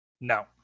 No